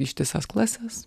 ištisas klases